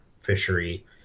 fishery